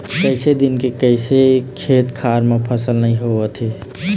कइसे दिन के दिन खेत खार म फसल नइ होवत हे